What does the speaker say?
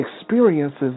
experiences